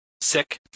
Sick